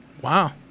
Wow